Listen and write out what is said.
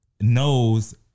knows